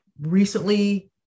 recently